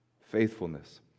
faithfulness